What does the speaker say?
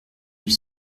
huit